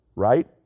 right